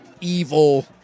evil